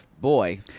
boy